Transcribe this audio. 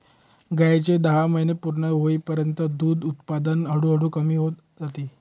गायीचे दहा महिने पूर्ण होईपर्यंत दूध उत्पादन हळूहळू कमी होत जाते